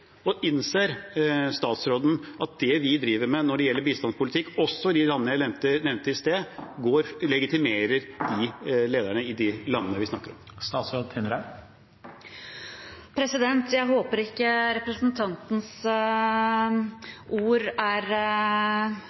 og Riksrevisjonen bør jo statsråden lytte til. Innser statsråden at det vi driver med når det gjelder bistandspolitikk, også i de landene jeg nevnte i sted, legitimerer lederne i de landene vi snakker om? Jeg håper ikke representantens ord